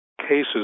cases